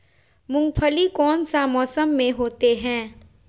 मूंगफली कौन सा मौसम में होते हैं?